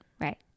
Right